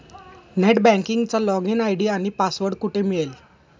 Net बँकिंगचा login ID आणि password कुठे मिळेल?